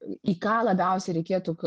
į ką labiausiai reikėtų